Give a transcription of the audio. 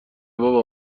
بابا